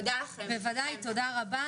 בוודאי, תודה רבה.